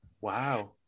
wow